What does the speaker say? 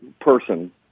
person